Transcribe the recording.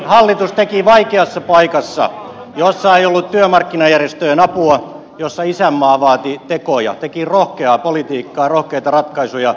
hallitus teki vaikeassa paikassa jossa ei ollut työmarkkinajärjestöjen apua ja jossa isänmaa vaati tekoja rohkeaa politiikkaa rohkeita ratkaisuja